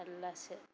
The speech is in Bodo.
जारलासो